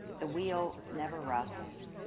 the wheel never rests,